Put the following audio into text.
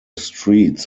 streets